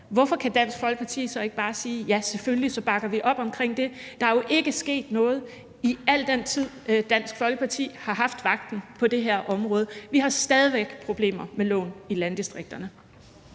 hvorfor kan Dansk Folkeparti så ikke bare sige: Ja, selvfølgelig bakker vi op omkring det? Der er jo ikke sket noget, i al den tid Dansk Folkeparti har haft vagten på det her område. Vi har stadig væk problemer med lån i landdistrikterne.